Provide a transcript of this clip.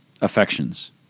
affections